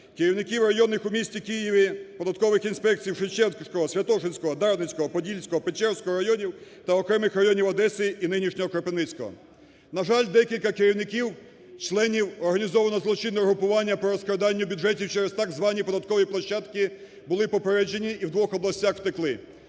Керівників районних у місті Києві податкових інспекцій Шевченківського, Святошинського, Дарницького, Подільського, Печерського районів та окремих районів Одеси і нинішнього Кропивницького. На жаль, декілька керівників, членів організованого злочинного угрупування по розкраданню бюджетів через так звані податкові площадки були попереджені і в двох областях втекли.